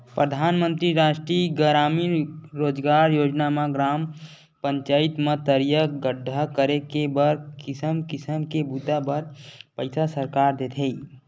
परधानमंतरी रास्टीय गरामीन रोजगार योजना म ग्राम पचईत म तरिया गड्ढ़ा करे के बर किसम किसम के बूता बर पइसा सरकार देथे